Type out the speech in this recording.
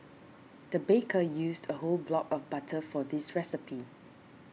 the baker used a whole block of butter for this recipe